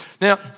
Now